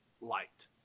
light